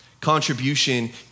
Contribution